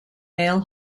male